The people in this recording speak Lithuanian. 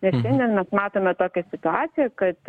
nes šiandien mes matome tokią situaciją kad